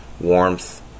warmth